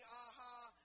aha